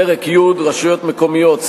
פרק י' רשויות מקומיות,